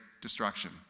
destruction